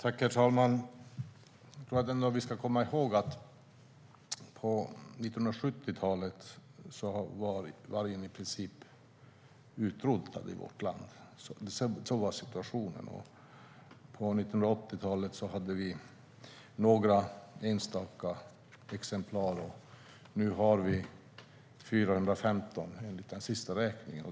Herr talman! Vi ska komma ihåg att på 1970-talet var vargen i princip utrotad i vårt land. På 1980-talet fanns några enstaka exemplar. Nu finns 415, enligt den senaste räkningen.